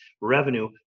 revenue